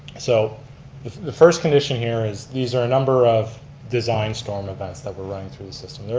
so the first condition here is these are a number of designed storm events that we're running through the system.